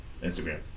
Instagram